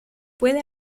puede